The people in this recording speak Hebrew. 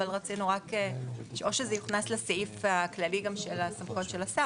אבל רצינו או שזה יוכנס לסעיף הכללי של סמכויות של השר,